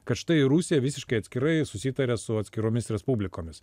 kad štai rusija visiškai atskirai susitaria su atskiromis respublikomis